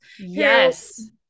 Yes